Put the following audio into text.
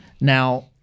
now